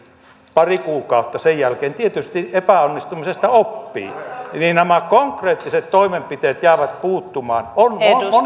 pari kuukautta sen jälkeen tietysti epäonnistumisesta oppii konkreettiset toimenpiteet jäävät puuttumaan on monia